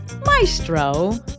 Maestro